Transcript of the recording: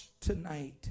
tonight